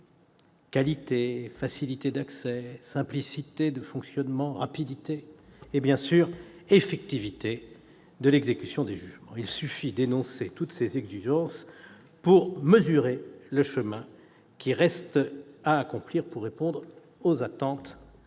qualité, facilité d'accès, simplicité de fonctionnement, rapidité et, bien évidemment, effectivité de l'exécution des jugements. Il suffit d'énoncer toutes ces exigences pour mesurer le chemin qui reste à accomplir pour répondre aux attentes